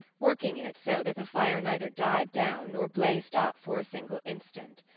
working it so that the fire neither died down nor blazed up for a single instant.